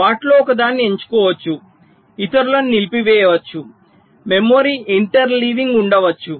వాటిలో ఒకదాన్ని ఎంచుకోవచ్చు ఇతరులను నిలిపివేయవచ్చు మెమరీ ఇంటర్లీవింగ్ ఉండవచ్చు